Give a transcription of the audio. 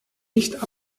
nicht